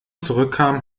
zurückkam